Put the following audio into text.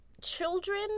children